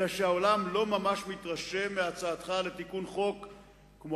אלא שהעולם לא ממש מתרשם מהצעתך לתיקון חוק כמו,